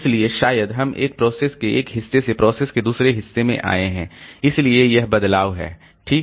इसलिए शायद हम एक प्रोसेस के एक हिस्से से प्रोसेस के दूसरे हिस्से में आए हैं इसलिए यह बदलाव है ठीक